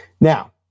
Now